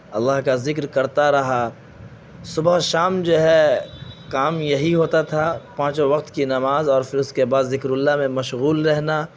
اللہ کا ذکر کرتا رہا صبح و شام جو ہے کام یہی ہوتا تھا پانچوں وقت کی نماز اور پھر اس کے بعد ذکر اللہ میں مشغول رہنا